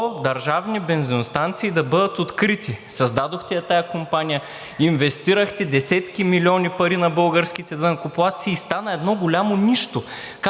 държавни бензиностанции да бъдат открити. Създадохте я тази компания, инвестирахте десетки милиони пари на българските данъкоплатци и стана едно голямо нищо.